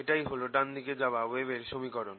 এটাই হল ডান দিকে যাওয়া ওয়েভের সমীকরণ